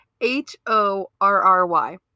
H-O-R-R-Y